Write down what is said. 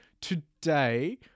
today